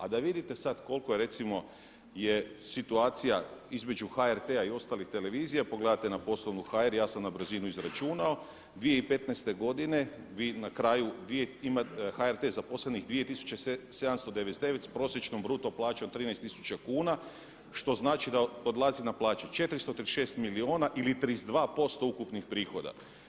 A da vidite sada koliko je recimo situacija između HRT-a i ostalih televizija, pogledate na poslovnu.hr, ja sam na brzinu izračunao 2015. godine vi na kraju imate, na HRT-u zaposlenih 2799 s prosječnom bruto plaćom 13 tisuća kuna što znači da odlazi na plaće 436 milijuna ili 32% ukupnih prihoda.